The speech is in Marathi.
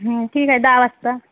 हं ठीक आहे दहा वाजता